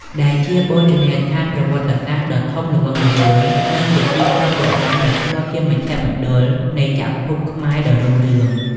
ដែលជាបូជនីយដ្ឋានប្រវត្តិសាស្ត្រដ៏ធំល្វឹងល្វើយ និងជាទីក្រុងបុរាណ ដែលធ្លាប់ជាមជ្ឈមណ្ឌលនៃចក្រភពខ្មែរដ៏រុងរឿង។